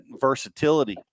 versatility